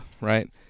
right